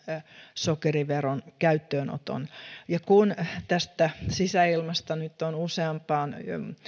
sokeriveron käyttöönoton ja kun tästä sisäilmasta nyt on useampaan